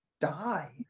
die